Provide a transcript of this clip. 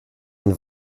une